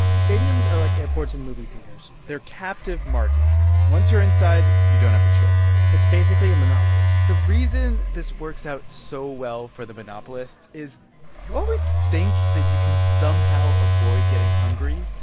stadiums are like airports and movie theaters. they're captive markets. once you're inside, you don't have a choice it's basically a monopoly the reason this works out so well for the monopolists is you always think that you can somehow avoid getting hungry,